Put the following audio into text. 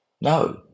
No